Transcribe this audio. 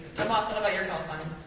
tomas, what about your call sign?